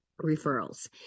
referrals